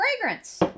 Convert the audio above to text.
fragrance